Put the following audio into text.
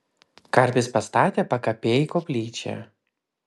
karpis pastatė pakapėj koplyčią